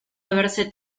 beberse